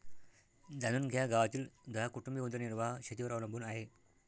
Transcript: जाणून घ्या गावातील दहा कुटुंबे उदरनिर्वाह शेतीवर अवलंबून आहे